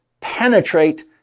Penetrate